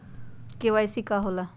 KYC का होला?